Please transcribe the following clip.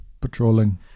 patrolling